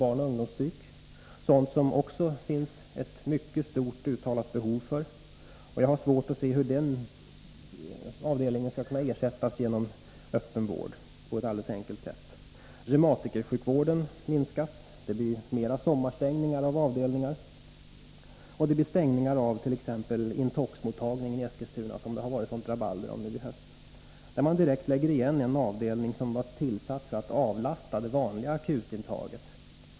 Också den verksamhet som där bedrivs finns det ett mycket stort och uttalat behov av. Jag har svårt att se hur den avdelningen på något enkelt sätt skall kunna ersättas genom öppenvård. Reumatikersjukvården minskas — det blir mera av sommarstängningar av avdelningar. Och det blir stängning av exempelvis intoxmottagningen i Eskilstuna, som det har varit sådant rabalder om nu i höst. Man lägger där direkt ned en avdelning som var till för att avlasta det vanliga akutintaget.